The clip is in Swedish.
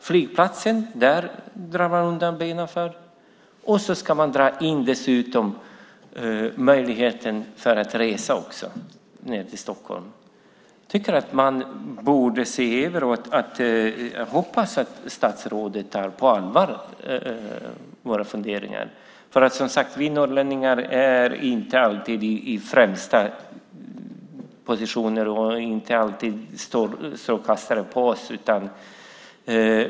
Flygplatsen drar man undan benen för, och man ska också dra in möjligheten att resa ned till Stockholm. Man borde se över detta. Jag hoppas att statsrådet tar våra funderingar på allvar. Vi norrlänningar står inte alltid i främsta position och har inte alltid strålkastaren på oss.